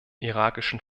irakischen